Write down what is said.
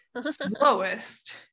slowest